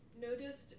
noticed